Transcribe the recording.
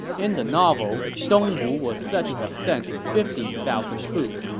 in the novel, dongwu was said to have sent fifty thousand troops,